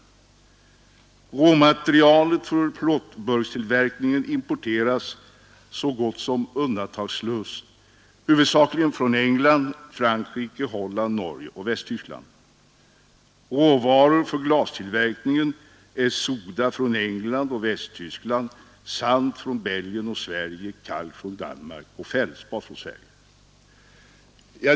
Råmaterialet för plåtburkstillverkningen importeras så gott som undantagslöst från England, Frankrike, Holland, Norge och Västtyskland. Råvaror för glastillverkningen är soda från England och Västtyskland, sand från Belgien och Sverige, kalk från Danmark och fältspat från Sverige.